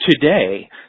today